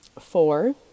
Four